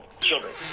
children